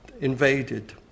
invaded